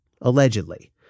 allegedly